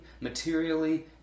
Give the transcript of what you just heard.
materially